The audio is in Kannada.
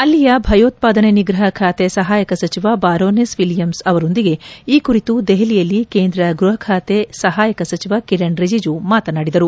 ಅಲ್ಲಿಯ ಭಯೋತ್ಪಾದನೆ ನಿಗ್ರಹ ಖಾತೆ ಸಹಾಯಕ ಸಚಿವ ಬಾರೊನೆಸ್ ವಿಲಿಯಮ್ಗೆ ಅವರೊಂದಿಗೆ ಈ ಕುರಿತು ದೆಹಲಿಯಲ್ಲಿ ಕೇಂದ್ರ ಗ್ಬಹ ಖಾತೆ ಸಹಾಯಕ ಸಚಿವ ಕಿರಣ್ ರಿಜುಜು ಮಾತುಕತೆ ನಡೆಸಿದರು